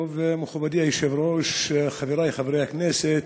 טוב, מכובדי היושב-ראש, חברי חברי הכנסת,